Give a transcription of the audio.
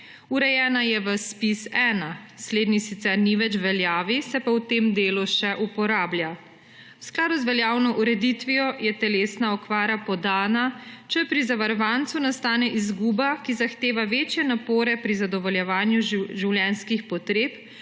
Urejena je v ZPIZ-1, slednji sicer ni več v veljavi, se pa v tem delu še uporablja. V skladu z veljavno ureditvijo je telesna okvara podana, če pri zavarovancu nastane izguba, ki zahteva večje napore pri zadovoljevanju življenjskih potreb